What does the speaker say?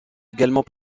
également